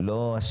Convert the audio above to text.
לדוגמה,